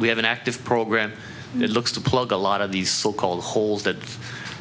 we have an active program and it looks to plug a lot of these so called holes that